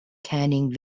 canning